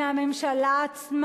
מהממשלה עצמה,